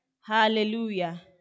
Hallelujah